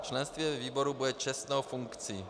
Členství ve výboru bude čestnou funkcí.